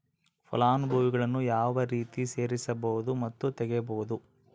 ಫಲಾನುಭವಿಗಳನ್ನು ಯಾವ ರೇತಿ ಸೇರಿಸಬಹುದು ಮತ್ತು ತೆಗೆಯಬಹುದು?